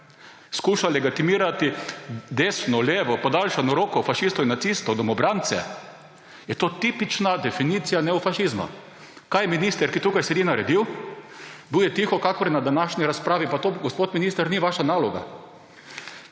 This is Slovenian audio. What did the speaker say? skuša legitimirati desno, levo, podaljšano roko fašistov in nacistov, domobrance, je to tipična definicija neofašizma. Kaj je minister, ki tukaj sedi, naredil? Bil je tiho kakor na današnji razpravi. Pa to, gospod minister, ni vaša naloga.